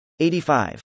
85